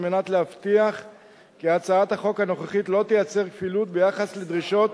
על מנת להבטיח כי הצעת החוק הנוכחית לא תייצר כפילות ביחס לדרישות,